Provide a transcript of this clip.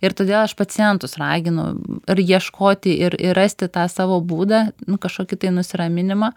ir todėl aš pacientus raginu ir ieškoti ir ir rasti tą savo būdą nu kažkokį tai nusiraminimą